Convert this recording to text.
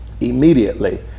immediately